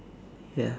ya